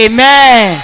Amen